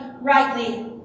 rightly